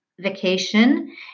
vacation